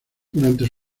durante